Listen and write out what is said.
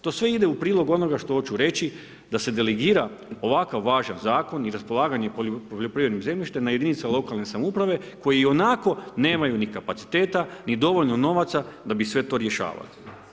To sve ide u prilog onoga što hoću reći da se delegira ovakav važan zakon i raspolaganje poljoprivrednim zemljištem na jedinice lokalne samouprave koji ionako nemaju ni kapaciteta, ni dovoljno novaca da bi sve to rješavali.